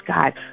God